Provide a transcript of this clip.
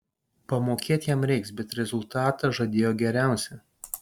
pamokėt jam reiks bet rezultatą žadėjo geriausią